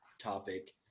topic